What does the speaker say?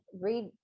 read